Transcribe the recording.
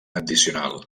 addicional